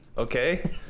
Okay